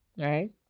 right